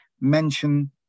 mention